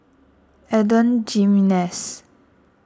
Adan Jimenez